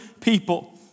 people